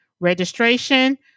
Registration